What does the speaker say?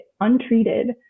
untreated